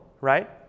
right